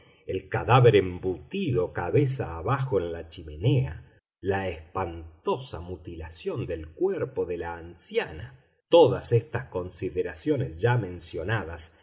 el cadáver embutido cabeza abajo en la chimenea la espantosa mutilación del cuerpo de la anciana todas estas consideraciones